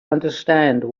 understand